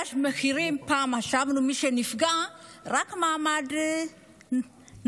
פעם חשבנו שמי שנפגע מעליית המחירים זה רק המעמד הנמוך,